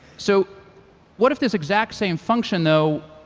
so what if this exact same function, though,